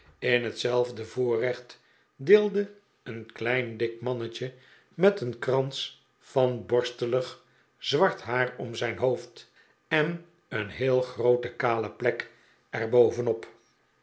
in hetzelfde voorrecht deelde een klein dik mannetje met een krans van borste'lig zwart haar om zijn hoofd en een groote kale plek